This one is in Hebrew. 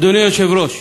אדוני היושב-ראש,